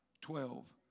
Twelve